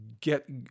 Get